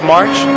March